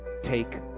Take